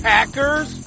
Packers